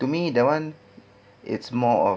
to me that [one] it's more of